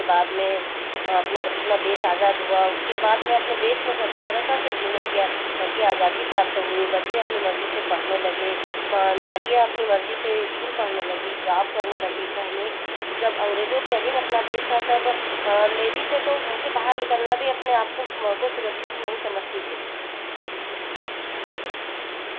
अपने अपना देश आज़ाद हुआ उसके बाद में अपने देश में स्वतंत्रता से जीने की की आज़ादी प्राप्त हुई बच्चे अपनी मर्ज़ी से पढ़ने लगे म नारियाँ अपनी मर्ज़ी से इस्कूल पढ़ने लगी जॉब करने लगी पहले जब अंग्रेजों के अधीन अपना देश था तब लेडीज़ है तो घर से बाहर निकलना भी अपने आप को म को सुरक्षित नहीं समझती थीं